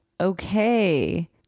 okay